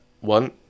One